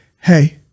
hey